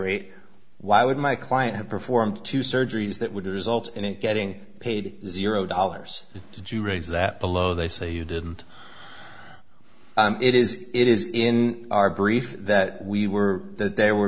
rate why would my client have performed two surgeries that would result in getting paid zero dollars did you raise that below they say you didn't it is it is in our brief that we were that they were